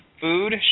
food